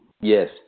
Yes